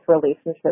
relationship